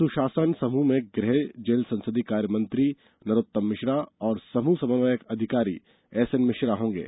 सुशासन समूह में गृह जेल संसदीय कार्य एवं विधि मंत्री डॉ नरोत्तम मिश्र और समूह समन्वयक अधिकारी एसएन मिश्रा होंगे